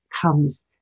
comes